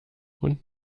und